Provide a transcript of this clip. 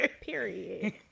Period